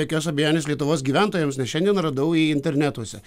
jokios abejonės lietuvos gyventojams nes šiandien radau internetuose